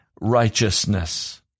righteousness